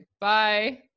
Bye